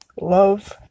love